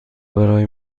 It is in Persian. برای